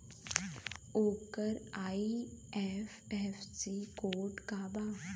ओकर IFSC code का बा?